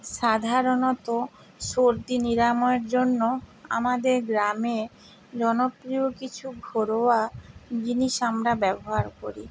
সাধারণত সর্দি নিরাময়ের জন্য আমাদের গ্রামে জনপ্রিয় কিছু ঘরোয়া জিনিস আমরা ব্যবহার করি